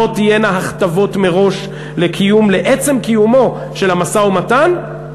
לא תהיינה הכתבות מראש לעצם קיומו של המשא-ומתן,